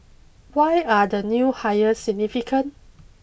why are the new hires significant